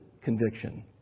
conviction